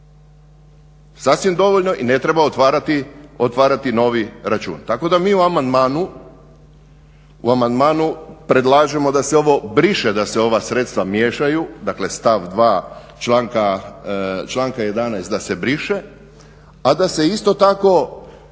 Sasvim dovoljno i ne treba otvarati novi račun. Tako da mi u amandmanu predlažemo da se ovo briše da se ova sredstva miješaju dakle stav 2.članka 11.da se briše, a da se isto tako